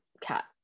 cat